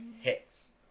hits